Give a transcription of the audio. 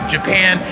Japan